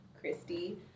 Christy